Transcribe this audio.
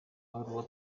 baruwa